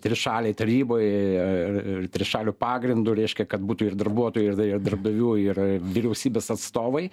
trišalėj taryboj ir trišaliu pagrindu reiškia kad būtų ir darbuotojų ir darbdavių ir vyriausybės atstovai